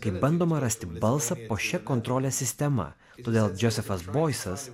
kai bandoma rasti balsą po šia kontrolės sistema todėl džozefas boisas